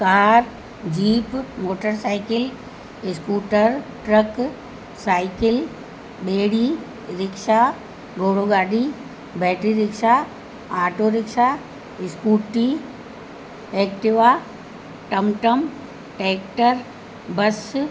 car jeep motorcycle scooter truck cycle ॿेड़ी rickshaw घोड़ो गाॾी बैट्रीरिक्शा आटोरिक्शा स्कूटी एक्टिवा टम टम टैक्टर बस